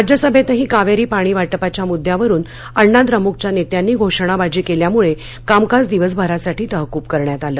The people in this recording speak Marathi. राज्यसभेतही कावेरी पाणी वा विच्या मुद्द्यावरून अण्णा द्रमुकच्या नेत्यांनी घोषणाबाजी केल्यामुळे कामकाज दिवसभरासाठी तहकूब करण्यात आलं